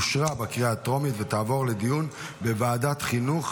אושרה בקריאה הטרומית ותעבור לדיון בוועדת החינוך,